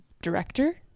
director